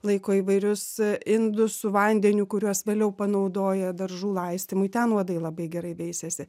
laiko įvairius indus su vandeniu kuriuos vėliau panaudoja daržų laistymui ten uodai labai gerai veisiasi